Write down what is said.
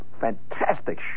fantastic